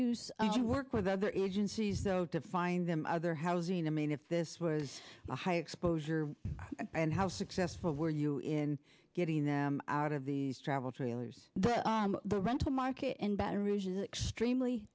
use work with other agencies though to find them other housing i mean if this was a high exposure and how successful were you in getting them out of these travel trailers the rental market in baton rouge is extremely